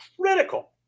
critical